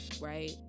right